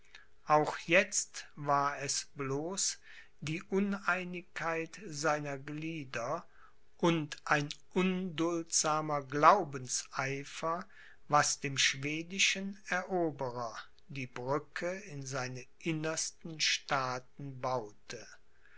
auch jetzt war es bloß die uneinigkeit seiner glieder und ein unduldsamer glaubenseifer was dem schwedischen eroberer die brücke in seine innersten staaten baute